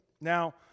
Now